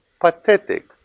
pathetic